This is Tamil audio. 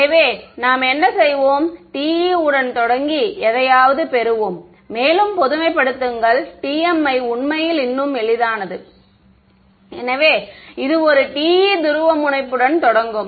எனவே நாம் என்ன செய்வோம் TE உடன் தொடங்கி எதையாவது பெறுவோம் மேலும் பொதுமைப்படுத்துங்கள் TM யை உண்மையில் இன்னும் எளிதானது எனவே இது ஒரு TE துருவமுனைப்புடன் தொடங்கும்